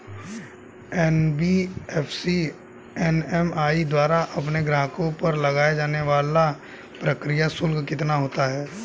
NBFC MFI द्वारा अपने ग्राहकों पर लगाए जाने वाला प्रक्रिया शुल्क कितना होता है?